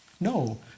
No